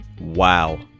Wow